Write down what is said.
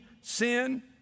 sin